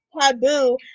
Taboo